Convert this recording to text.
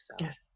Yes